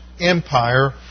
empire